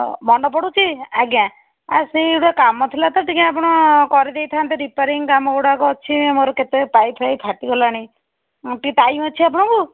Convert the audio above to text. ମନେପଡ଼ୁଛି ଆଜ୍ଞା ଆଉ ସେହି ଗୋଟେ କାମ ଥିଲାତ ଟିକେ ଆପଣ କରି ଦେଇଥାନ୍ତେ ରିପ୍ୟାରିଙ୍ଗ କାମଗୁଡ଼ାକ ଅଛି ମୋର କେତେ ପାଇପ ଫାଇପ ଫାଟିଗଲାଣି ଟିକେ ଟାଇମ ଅଛି ଆପଣଙ୍କୁ